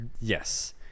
Yes